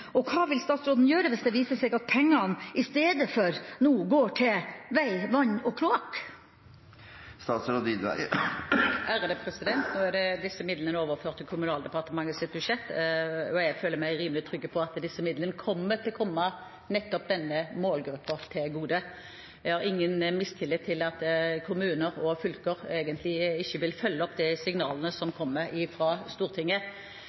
Og hva vil statsråden gjøre hvis det viser seg at pengene nå i stedet går til veg, vann og kloakk? Nå er disse midlene overført til Kommunal- og moderniseringsdepartementets budsjett, og jeg føler meg rimelig trygg på at de vil komme nettopp denne målgruppen til gode. Jeg har ingen mistillit til kommuner og fylker, at de ikke vil følge opp de signalene som kommer fra Stortinget.